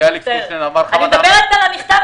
אלכס קושניר אמר את חוות דעת --- אני מדברת על המכתב שלי.